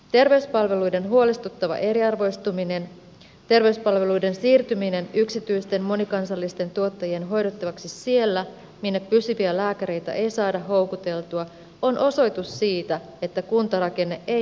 terveyspalveluiden huolestuttava eriarvoistuminen terveyspalveluiden siirtyminen yksityisten monikansallisten tuottajien hoidettavaksi siellä minne pysyviä lääkäreitä ei saada houkuteltua on osoitus siitä että kuntarakenne ei nyt toimi